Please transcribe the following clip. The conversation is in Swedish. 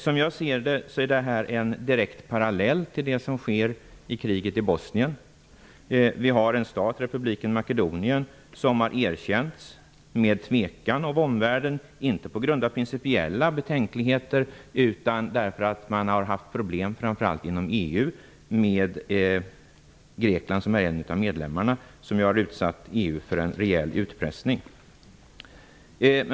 Som jag ser det är detta en direkt parallell till det som sker i kriget i Bosnien. Vi har en stat, Republiken Makedonien, som har erkänts av omvärlden, med tvekan -- inte på grund av principiella betänkligheter utan därför att man har haft problem framför allt inom EU med Grekland, som är medlem i EU och som har utsatt EU för en rejäl utpressning.